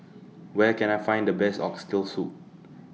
Where Can I Find The Best Oxtail Soup